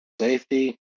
Safety